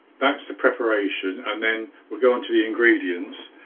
that's the preparation and then we'll go on to the ingredients.